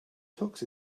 tux